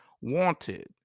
wanted